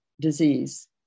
disease